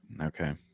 Okay